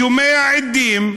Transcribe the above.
שומע עדים,